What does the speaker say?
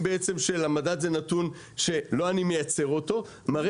המדד זה נתון שלא אני מייצר אותו מראה